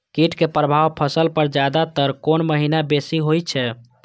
कीट के प्रभाव फसल पर ज्यादा तर कोन महीना बेसी होई छै?